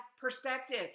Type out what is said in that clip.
perspective